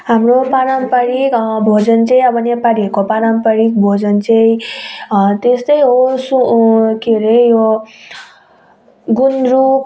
हाम्रो पारम्पारिक भोजन चाहिँ अब नेपालीहरूको पारम्पारिक भोजन चाहिँ त्यस्तै हो सो हो के अरे यो गुन्द्रुक